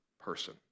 person